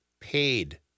paid